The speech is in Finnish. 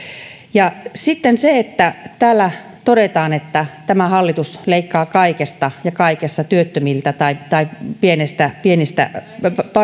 sitten se että täällä todetaan että tämä hallitus leikkaa kaikesta ja kaikessa työttömiltä tai tai pienistä pienistä